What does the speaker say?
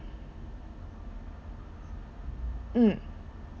mm